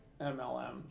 MLM